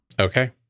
Okay